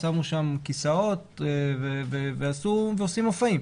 שמו שם כיסאות ועושים מופעים.